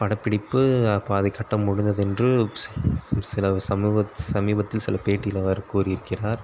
படப்பிடிப்பு பாதி கட்டம் முடிந்தது என்று சி சில சமூகத்தி சமீபத்தில் சில பேட்டியில் அவர் கூறி இருக்கிறார்